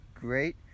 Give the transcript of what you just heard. Great